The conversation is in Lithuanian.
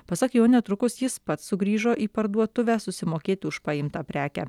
pasak jo netrukus jis pats sugrįžo į parduotuvę susimokėti už paimtą prekę